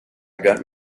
got